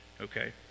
okay